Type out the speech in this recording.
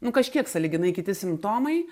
nu kažkiek sąlyginai kiti simptomai